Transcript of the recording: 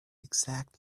exact